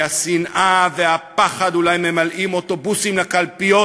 כי השנאה והפחד אולי ממלאים אוטובוסים לקלפיות,